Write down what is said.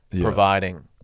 providing